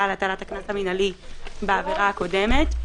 על הטלת הקנס המינהלי בעבירה הקודמת,